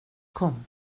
kom